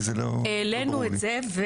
העלינו את זה.